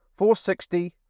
460